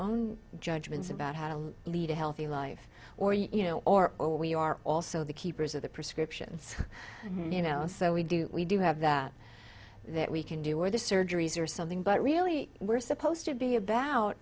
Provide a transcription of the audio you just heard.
own judgments about how to lead a healthy life or you know or we are also the keepers of the prescriptions you know so we do we do have that that we can do or the surgeries or something but really we're supposed to be about